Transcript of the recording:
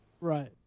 Right